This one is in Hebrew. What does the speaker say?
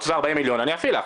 תביאי 40 מיליון אני אפעיל לך.